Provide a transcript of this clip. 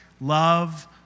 love